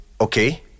okay